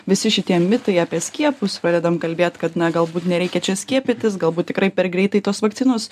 visi šitie mitai apie skiepus pradedam kalbėt kad na galbūt nereikia čia skiepytis galbūt tikrai per greitai tos vakcinos